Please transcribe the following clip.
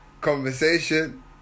Conversation